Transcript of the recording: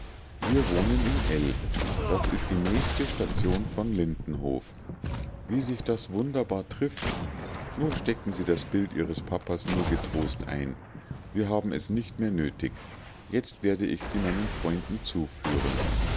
wir wohnen in l das ist die nächste station von lindenhof wie sich das wunderbar trifft nun stecken sie das bild ihres papas nur getrost ein wir haben es nicht mehr nötig jetzt werde ich sie meinen freunden zuführen